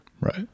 Right